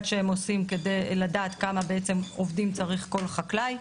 שהם עושים כדי לדעת בעצם כמה עובדים צריך כל חקלאי.